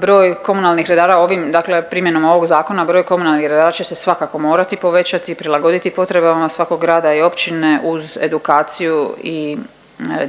Broj komunalnih redara ovim, dakle primjenom ovog zakona broj komunalnih redara će se svakako morati povećati, prilagoditi potrebama svakog grada i općine uz edukaciju i